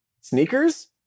sneakers